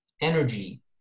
energy